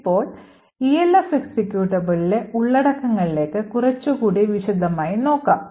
ഇപ്പോൾ ELF എക്സിക്യൂട്ടബിളിലെ ഉള്ളടക്കങ്ങളിലേക്ക് കുറച്ചുകൂടി വിശദമായി നോക്കാം